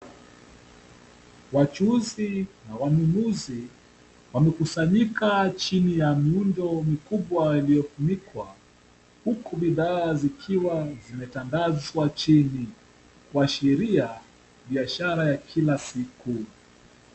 Wachuuzi na wanunuzi wamekusanyika chini ya muundo mkubwa yaliyofunikwa, huku bidhaa zikiwa zimetandazwa chini, kuashiria biashara ya kila siku.